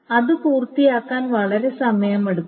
അത് പൂർത്തിയാക്കാൻ വളരെ സമയമെടുക്കും